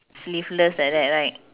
sleeveless like that right